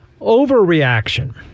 Overreaction